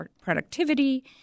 productivity